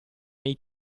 nei